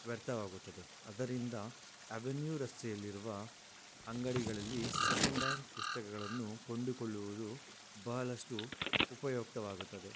ವ್ಯರ್ಥವಾಗುತ್ತದೆ ಅದರಿಂದ ಅವೆನ್ಯೂ ರಸ್ತೆಯಲ್ಲಿರುವ ಅಂಗಡಿಗಳಲ್ಲಿ ಸೆಕೆಂಡ್ ಆ್ಯಂಡ್ ಪುಸ್ತಕಗಳನ್ನು ಕೊಂಡುಕೊಳ್ಳುವುದು ಬಹಳಷ್ಟು ಉಪಯುಕ್ತವಾಗುತ್ತದೆ